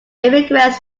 immigrants